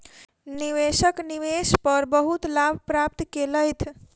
निवेशक निवेश पर बहुत लाभ प्राप्त केलैथ